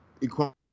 equality